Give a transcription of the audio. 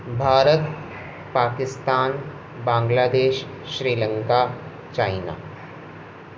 Bharat Pakistan Bangladesh Sri Lanka China